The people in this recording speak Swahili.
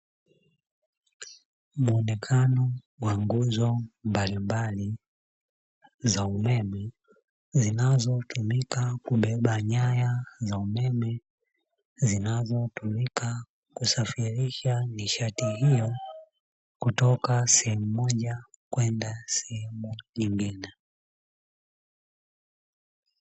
Muonekano wa nguzo mbalimbali za umeme, zinazotumika kubeba nyaya za umeme zinazotumika kusafirisha nishati hiyo, kutoka sehemu moja kwenda sehemu nyingine.